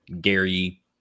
Gary